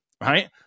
right